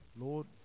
Lord